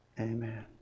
amen